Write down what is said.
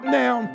now